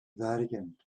vatican